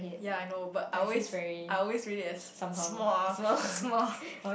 yea I know but I always I always read it as smh smh